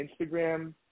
Instagram